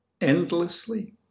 endlessly